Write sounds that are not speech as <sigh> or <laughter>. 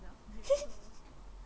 <laughs>